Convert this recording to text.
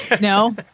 No